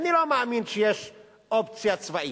אני לא מאמין שיש אופציה צבאית,